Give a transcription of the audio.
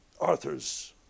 Arthur's